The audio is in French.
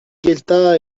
gueltas